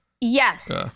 yes